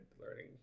learning